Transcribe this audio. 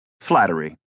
Flattery